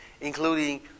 including